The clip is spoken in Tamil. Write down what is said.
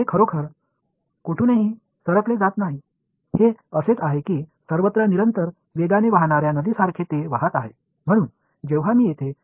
இது உண்மையில் எங்கிருந்தும் விலகிச் செல்லவில்லை இது எல்லா இடங்களிலும் ஒரே வேகத்தில் பாயும் நதியைப் போல நிலையான வேகத்தில் செல்கின்றது